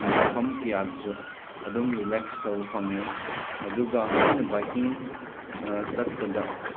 ꯃꯐꯝ ꯀꯌꯥꯗꯁꯨ ꯑꯗꯨꯝ ꯔꯦꯂꯦꯛꯁ ꯇꯧꯕ ꯐꯪꯉꯦ ꯑꯗꯨꯒ ꯑꯩꯅ ꯕꯥꯏꯛꯀꯤꯡ ꯆꯠꯄꯗ